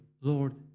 Lord